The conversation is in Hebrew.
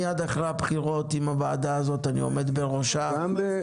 מיד אחרי הבחירות אם אני עומד בראש הוועדה